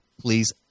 please